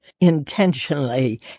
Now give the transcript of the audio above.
intentionally